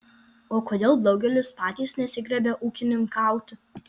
o kodėl daugelis patys nesigriebia ūkininkauti